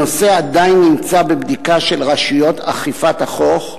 הנושא עדיין נמצא בבדיקה של רשויות אכיפת החוק,